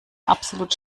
absolut